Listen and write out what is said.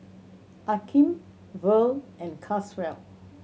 Akeem Verl and Caswell